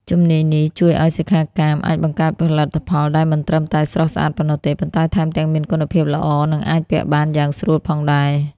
ជំនាញនេះជួយឱ្យសិក្ខាកាមអាចបង្កើតផលិតផលដែលមិនត្រឹមតែស្រស់ស្អាតប៉ុណ្ណោះទេ ប៉ុន្តែថែមទាំងមានគុណភាពល្អ និងអាចពាក់បានយ៉ាងស្រួលផងដែរ។